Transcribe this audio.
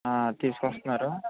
తీసుకొస్తున్నారు